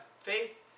faith